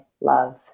love